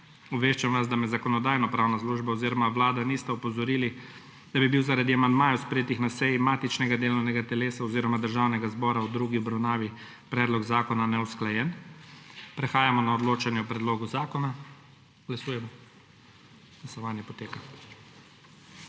Obveščam vas, da me Zakonodajno-pravna služba oziroma Vlada nista opozorili, da bi bil zaradi amandmajev, sprejetih na seji matičnega delovnega telesa oziroma Državnega zbora, v drugi obravnavi predlog zakona neusklajen. Prehajamo na odločanje o predlogu zakona. Glasujemo. Navzočih